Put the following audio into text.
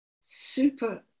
super